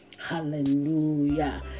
Hallelujah